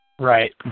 Right